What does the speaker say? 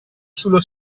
sullo